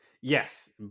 Yes